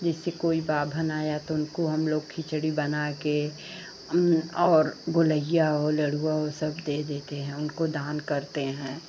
जैसे कोई बाभन आया तो उनको हमलोग खिचड़ी बनाकर और गोलैया ओल अढुवा वह सब दे देते हैं उनको दान करते हैं